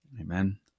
Amen